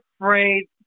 afraid